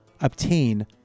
obtain